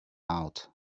out